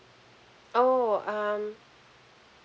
oo um